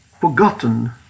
forgotten